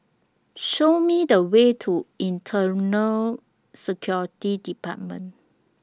Show Me The Way to Internal Security department